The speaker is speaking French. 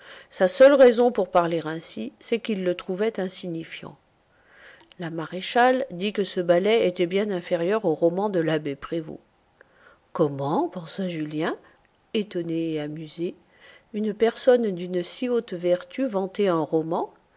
sa seule raison pour parler ainsi c'est qu'il le trouvait insignifiant la maréchale dit que ce ballet était bien inférieur au roman de l'abbé prévost comment pensa julien étonné et amusé une personne d'une si haute vertu vanter un roman